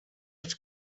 els